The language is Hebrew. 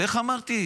ואיך אמרתי,